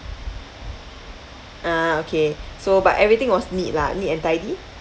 ah okay so but everything was neat lah neat and tidy